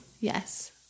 Yes